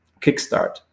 kickstart